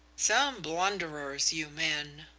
some blunderers, you men,